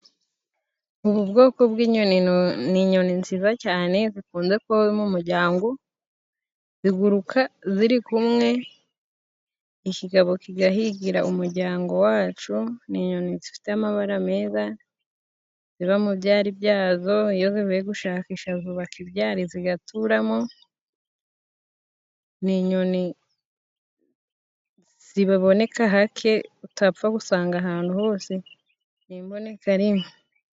Ubu bwoko bw'inyoni ni inyoni nziza cyane zikunze kubaho mu muryango ziguruka ziri kumwe ikigabo kigahigira umuryango waco ni inyoni zifite amabara meza ziba mu byari byazo iyo zivuye gushakisha zubaka ibyari zigaturamo ni inyoni ziboneka hake utapfa gusanga ahantu hose ni imbonekarimwe.